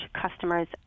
customers